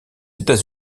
états